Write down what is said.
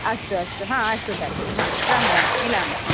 अस्तु अस्तु आम् अस्तु तर्हि राम् राम् मिलामः